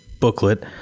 booklet